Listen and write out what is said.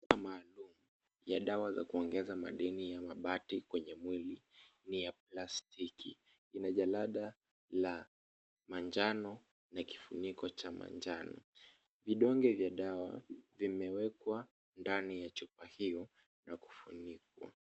Chupa maalum ya dawa ya kuongeza madini ya mabati kwenye mwili ni ya plastiki, ina jalada la manjano, na kifuniko cha manjano. Vidonge vya dawa vimewekwa ndani ya chupa hio na kufunikwa.